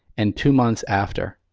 and two months after.